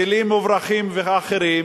טילים מוברחים ואחרים,